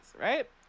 right